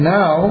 now